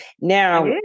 now